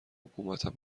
حکومتم